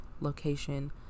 location